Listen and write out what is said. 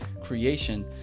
creation